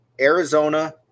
Arizona